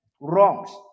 Wrongs